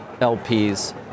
LPs